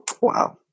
Wow